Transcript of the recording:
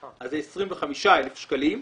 אז זה 25,000 שקלים.